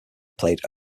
played